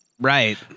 Right